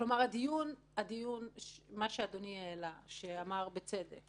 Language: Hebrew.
מה שאדוני העלה, כשאמר בצדק